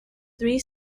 three